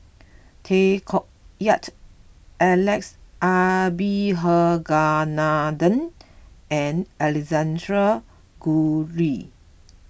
Tay Koh Yat Alex Abisheganaden and Alexander Guthrie